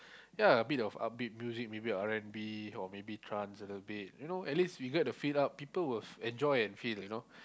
ya a bit of upbeat music maybe R-and-B or maybe trance a little bit you know at least we get the feel up people will enjoy and feel you know